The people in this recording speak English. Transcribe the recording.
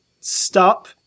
stop